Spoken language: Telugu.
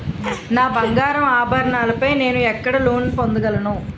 నా బంగారు ఆభరణాలపై నేను ఎక్కడ లోన్ పొందగలను?